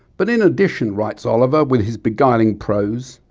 but in addition, writes oliver with his beguiling prose,